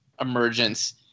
emergence